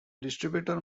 distributor